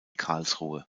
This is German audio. karlsruhe